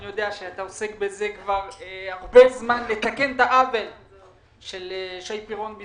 אני יודע שאתה עוסק בזה הרבה זמן כדי לתקן את העוול של שי פירון,